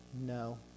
no